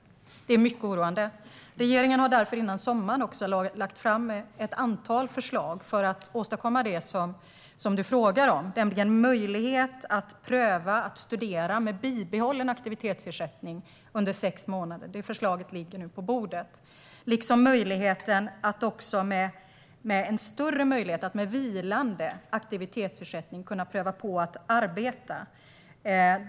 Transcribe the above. Det är mycket oroande. Regeringen lade därför, före sommaren, fram ett antal förslag för att åstadkomma det som Eva Lindh frågar om, nämligen möjligheten att med bibehållen aktivitetsersättning pröva att studera under sex månader. Det förslaget ligger nu på bordet. Det gäller även en större möjlighet att med vilande aktivitetsersättning pröva på att arbeta.